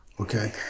Okay